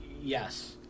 Yes